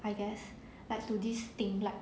I guess like do this thing like